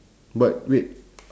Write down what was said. but wait